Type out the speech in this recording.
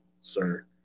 sir